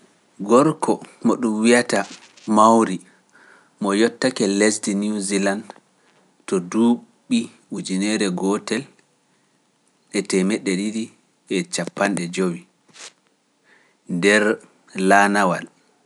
Gorko mo ɗum wiyata mawri mo yottake lesdi New Zealand to duuɓi ujunere gootel e temedde ɗiɗi e capanɗe jowi nder laanawal.